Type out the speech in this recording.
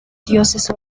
dioses